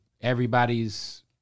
everybody's